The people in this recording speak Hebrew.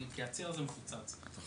כי הציר הזה מפוצץ.